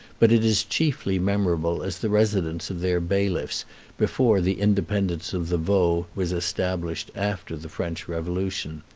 but it is chiefly memorable as the residence of their bailiffs before the independence of the vaud was established after the french revolution.